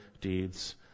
deeds